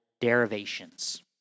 derivations